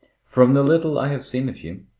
from the little i have seen of you,